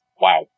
wow